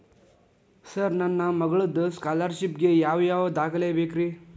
Sir ನನ್ನ ಮಗ್ಳದ scholarship ಗೇ ಯಾವ್ ಯಾವ ದಾಖಲೆ ಬೇಕ್ರಿ?